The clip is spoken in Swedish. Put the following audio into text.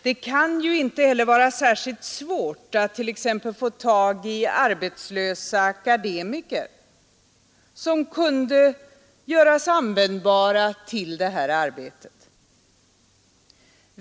Det kan ju inte heller vara särskilt svårt att t.ex. få tag i arbetslösa akademiker, som kunde göras användbara till det här arbetet.